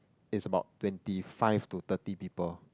is about twenty five to thirty people